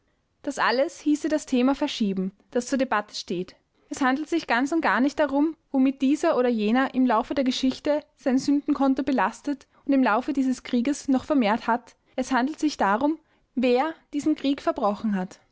das alles hieße das thema verschieben das zur debatte steht es handelt sich ganz und gar nicht darum womit dieser oder jener im laufe der geschichte sein sündenkonto belastet und im laufe dieses krieges noch vermehrt hat es handelt sich darum wer diesen krieg verbrochen hat